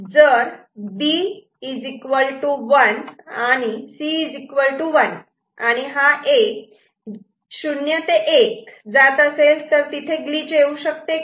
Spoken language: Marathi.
जर B 1 C 1 आणि A '0 ते 1' जात असेल तर तिथे ग्लिच येऊ शकते का